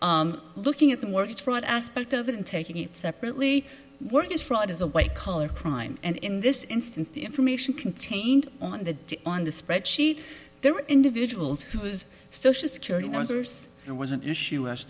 fraud looking at the mortgage fraud aspect of it and taking it separately work is fraud is a white collar crime and in this instance the information contained on the on the spread sheet there were individuals who was social security numbers and was an issue as